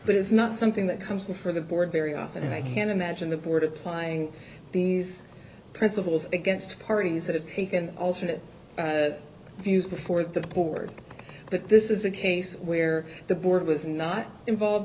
but it's not something that comes before the board very often and i can't imagine the board applying these principles against parties that have taken alternate views before the board that this is a case where the board was not involved